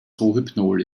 rohypnol